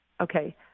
Okay